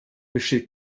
besteht